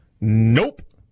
nope